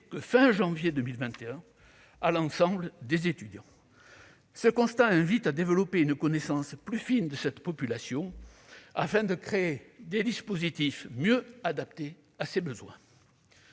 de janvier 2021 à l'ensemble des étudiants. Ce constat invite à développer une connaissance plus fine de cette population, afin de créer des dispositifs mieux adaptés à ses besoins.